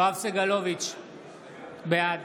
בעד